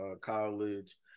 college